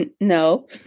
no